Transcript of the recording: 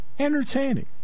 Entertaining